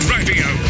Radio